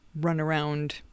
run-around